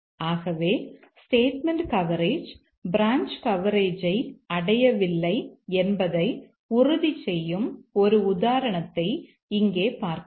ஆகவே statement coverage branch கவரேஜை அடையவில்லை என்பதை உறுதி செய்யும் ஒரு உதாரணத்தை இங்கே பார்க்கலாம்